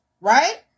right